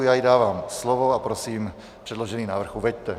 Já jí dávám slovo a prosím, předložený návrh uveďte.